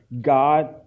God